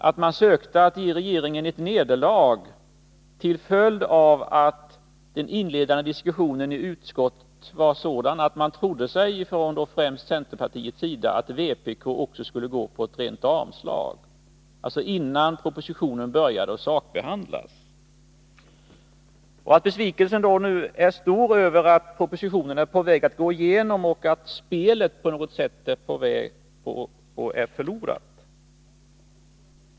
Man sökte ge regeringen ett nederlag mot bakgrund av att den inledande diskussionen i utskottet var sådan att man främst ifrån centerns sida trodde att vpk också skulle gå på ett rent avslag, dvs. innan propositionen började sakbehandlas. Besvikelsen är stor över att propositionen är på väg att gå igenom, och att spelet på något sätt är förlorat.